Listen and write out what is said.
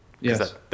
Yes